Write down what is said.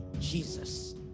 Jesus